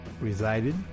resided